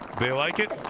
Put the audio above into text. they like it